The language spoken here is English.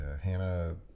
Hannah